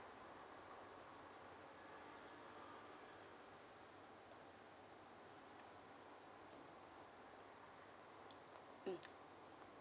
mm